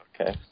okay